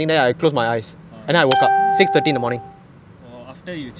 !wah! after you chant then you woke up ah usually you won't wake up at six thirty